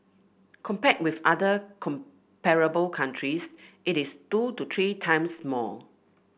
compared with other comparable countries it is two to three times more